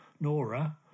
Nora